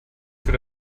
für